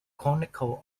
chronicle